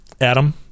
Adam